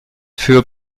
für